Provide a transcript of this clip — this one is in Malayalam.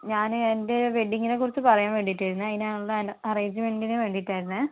ഞാനേ എൻ്റെ വെഡിങ്ങിനെ കുറിച്ച് പറയാൻ വേണ്ടീട്ടായിരുന്നേ അതിനുള്ള അറേഞ്ച്മെന്റിന് വേണ്ടീട്ടായിരുന്നേ